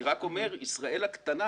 אני רק אומר שישראל הקטנה